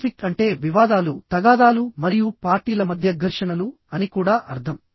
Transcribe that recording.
conflict అంటే వివాదాలు తగాదాలు మరియు పార్టీల మధ్య ఘర్షణలు అని కూడా అర్థం